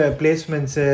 placements